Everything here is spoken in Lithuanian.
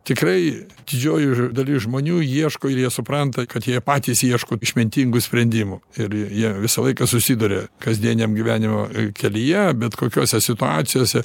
tikrai didžioji dalis žmonių ieško ir jie supranta kad jie patys ieško išmintingų sprendimų ir jie visą laiką susiduria kasdieniam gyvenimo kelyje bet kokiose situacijose